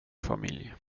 familj